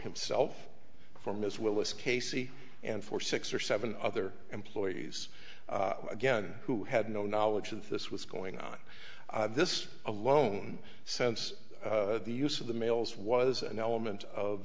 himself for mr willis casey and for six or seven other employees again who had no knowledge of this was going on this alone sense the use of the mails was an element of